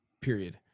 Period